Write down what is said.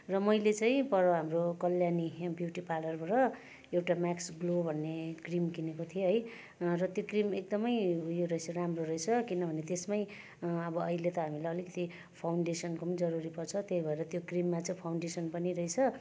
र मैले चाहिँ पर हाम्रो कल्याणी ब्युटी पार्लरबाट एउटा म्याक्स ग्लो भन्ने क्रिम किनेको है र त्यो क्रिम एकदमै उयो रहेछ राम्रो रहेछ किनभने त्यसमै अब अहिले त हामीलाई अलिकति फाउन्डेसनको पनि जरुरी पर्छ त्यही भएर त्यो क्रिममा चाहिँ फाउन्डेसन पनि रहेछ